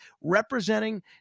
representing